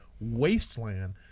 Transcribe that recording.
wasteland